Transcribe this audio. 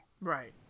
right